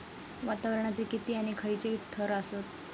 वातावरणाचे किती आणि खैयचे थर आसत?